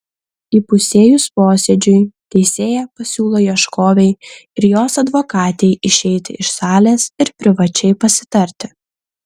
įpusėjus posėdžiui teisėja pasiūlo ieškovei ir jos advokatei išeiti iš salės ir privačiai pasitarti